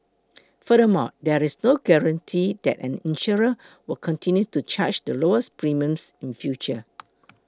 furthermore there is no guarantee that an insurer will continue to charge the lowest premiums in future